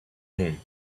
home